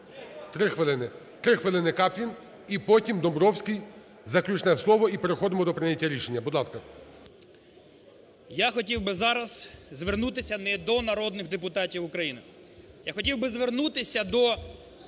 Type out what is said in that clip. дві хвилини. Три хвилини – Каплін і потім Домбровський – заключне слово, і переходимо до прийнятті рішення. Будь ласка. 17:08:12 КАПЛІН С.М. Я хотів би зараз звернутися не до народних депутатів України. Я хотів би звернутися до